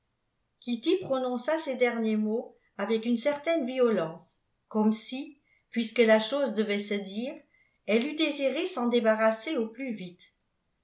kitty prononça ces derniers mots avec une certaine violence comme si puisque la chose devait se dire elle eût désiré s'en débarrasser au plus vite